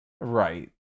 Right